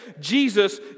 Jesus